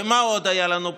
ומה עוד היה לנו פה?